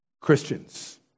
Christians